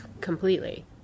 completely